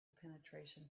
penetration